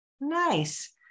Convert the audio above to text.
Nice